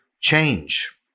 change